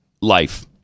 life